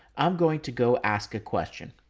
i'm going to go ask a question.